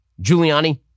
Giuliani